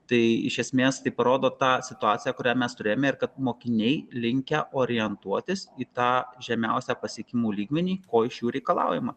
tai iš esmės tai parodo tą situaciją kurioje mes turėjome ir kad mokiniai linkę orientuotis į tą žemiausią pasiekimų lygmenį ko iš jų reikalaujama